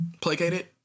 placated